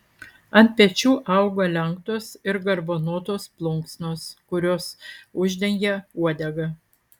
ant pečių auga lenktos ir garbanotos plunksnos kurios uždengia uodegą